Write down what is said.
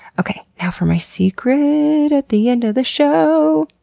okay. now for my secret at the end of the show.